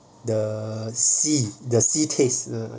the sea the sea taste